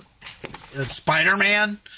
Spider-Man